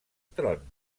tron